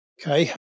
Okay